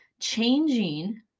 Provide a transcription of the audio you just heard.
changing